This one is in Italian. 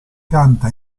canta